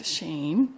Shane